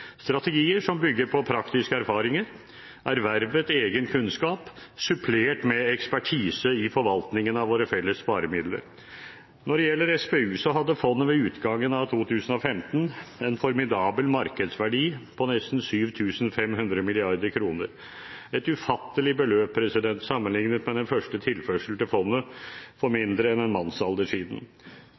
strategier som bygger på praktiske erfaringer og ervervet egen kunnskap supplert med ekspertise i forvaltningen av våre felles sparemidler. Når det gjelder SPU, hadde fondet ved utgangen av 2015 en formidabel markedsverdi, nesten 7 500 mrd. kr – et ufattelig beløp sammenlignet med den første tilførselen til fondet for mindre enn en mannsalder siden.